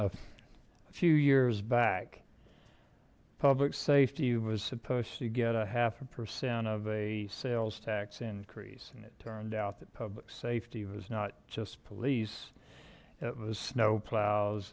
of a few years back public safety was supposed to get a half a percent of a sales tax increase and it turned out that public safety was not just police it was snow plows